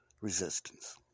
Resistance